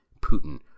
Putin